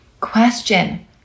question